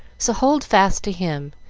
so hold fast to him,